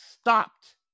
stopped